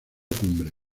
cumbre